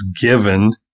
given